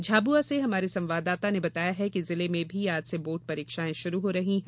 झाबुआ से हमारे संवाददाता ने बताया है कि जिले में भी आज से बोर्ड परीक्षाएं शुरू हो रही है